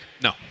No